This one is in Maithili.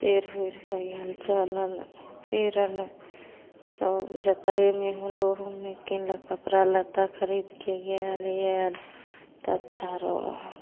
पहिर ओढ़िके गेल चलल फेर आएल सब जतरेमे ओहोमे किनलक कपड़ा लत्ता खरिदके गेल आएल तऽ अच्छा रहै हइ